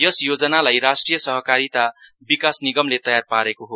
यस योजनालाई राष्ट्रिय सहकारिता विकास निगमले तयार पारेको हो